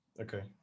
Okay